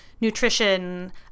nutrition